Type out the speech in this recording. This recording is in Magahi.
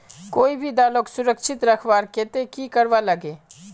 कोई भी दालोक सुरक्षित रखवार केते की करवार लगे?